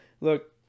look